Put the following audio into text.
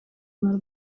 болар